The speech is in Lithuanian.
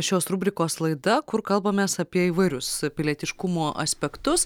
šios rubrikos laida kur kalbamės apie įvairius pilietiškumo aspektus